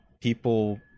people